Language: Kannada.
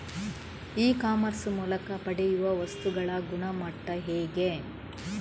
ಇ ಕಾಮರ್ಸ್ ಮೂಲಕ ಪಡೆಯುವ ವಸ್ತುಗಳ ಗುಣಮಟ್ಟ ಹೇಗೆ?